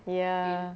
ya